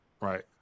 Right